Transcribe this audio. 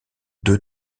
deux